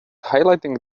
highlighting